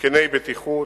התקני בטיחות,